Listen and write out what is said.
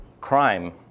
crime